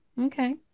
Okay